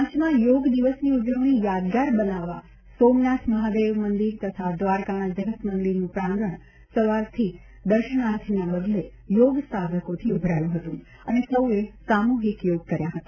પાંચમા યોગ દિવસની ઉજવણી યાદગાર બનાવવા સોમનાથ મહાદેવ મંદિર તથા દ્વારકાના જગત મંદિરનું પ્રાંગણ સવારે દર્શનાર્થીને બદલે યોગ સાધકોથી ઉભરાયું હતું અને સૌએ સામૂહિક યોગ કર્યા હતા